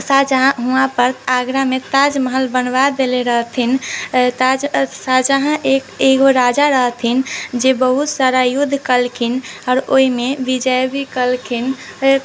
शाहजहाँ वहाँ पर आगरामे ताजमहल बनवा देले रहथिन ताज शाहजहाँ एक एगो राजा रहथिन जे बहुत सारा युद्ध केलखिन आओर ओहिमे विजय भी केलखिन फेर